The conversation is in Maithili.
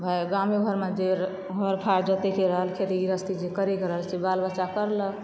भाइ गामे घरमे जे हर फाड़ जोतयके रहल खेती गृहस्थी जे करैके रहल से बाल बच्चा करलक